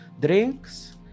drinks